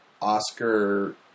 Oscar